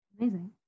Amazing